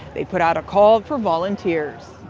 they put out a call for volunteers.